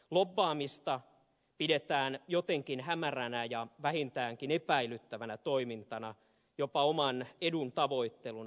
lobbaamista pidetään jotenkin hämäränä ja vähintäänkin epäilyttävänä toimintana jopa oman edun tavoitteluna